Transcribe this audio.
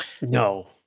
No